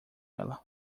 ela